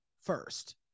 first